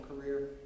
career